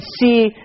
see